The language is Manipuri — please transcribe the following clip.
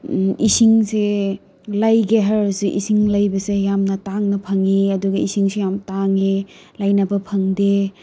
ꯏꯁꯤꯡꯁꯦ ꯂꯩꯒꯦ ꯍꯥꯏꯔꯁꯨ ꯏꯁꯤꯡ ꯂꯩꯕꯁꯦ ꯌꯥꯝꯅ ꯇꯥꯡꯅ ꯐꯪꯏ ꯑꯗꯨꯒ ꯏꯁꯤꯡꯁꯨ ꯌꯥꯝ ꯇꯥꯡꯉꯦ ꯂꯩꯅꯕ ꯐꯪꯗꯦ